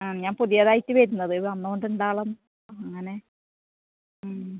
ആ ഞാൻ പുതിയതായിട്ട് വരുന്നത് ഇത് വന്നോണ്ട്ണ്ടാളും അങ്ങനെ